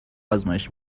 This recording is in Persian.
آزمایش